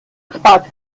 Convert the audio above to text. spart